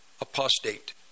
apostate